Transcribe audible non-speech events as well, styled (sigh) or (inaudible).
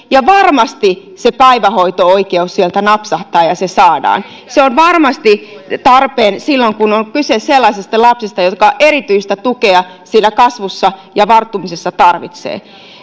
(unintelligible) ja varmasti se päivähoito oikeus sieltä napsahtaa ja se saadaan se on varmasti tarpeen silloin kun on kyse sellaisesta lapsesta joka erityistä tukea siinä kasvussa ja varttumisessa tarvitsee